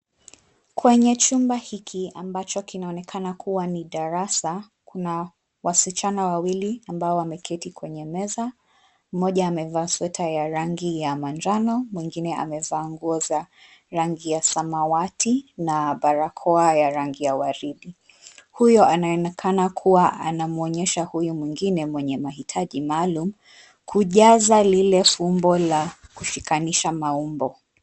Kwenye chumba hiki ambacho kinaonekana kuwa ni darasa, kuna wasichana wawili ambao wameketi kwenye meza. Mmoja amevaa sweta ya rangi ya manjano, mwengine amevaa nguo za rangi ya samawati na barakoa ya rangi ya waridi. Huyu anaonekana kuwa anamwonyesha huyu mwengine mwenye mahitaji maalum kujaza lile fumbo la kushikanisha maumbo.